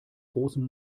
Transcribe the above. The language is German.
großen